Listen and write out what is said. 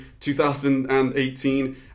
2018